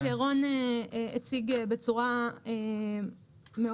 אני חושבת שרון הציג בצורה מאוד